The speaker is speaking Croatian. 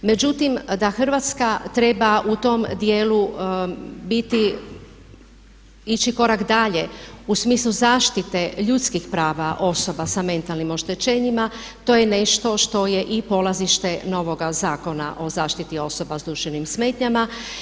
Međutim, da Hrvatska treba u tom dijelu biti, ići korak dalje u smislu zaštite ljudskih prava osoba sa mentalnim oštećenjima to je nešto što je i polazište novoga Zakona o zaštiti osoba sa duševnim smetnjama.